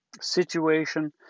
situation